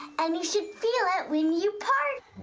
and you should feel it when you part.